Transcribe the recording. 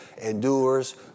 endures